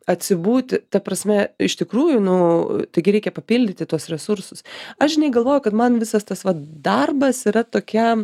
atsibūti ta prasme iš tikrųjų nu taigi reikia papildyti tuos resursus aš žinai galvojau kad man visas tas vat darbas yra tokia